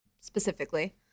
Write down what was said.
specifically